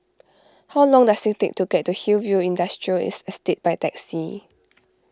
how long does it take to get to Hillview Industrial its Estate by taxi